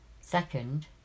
Second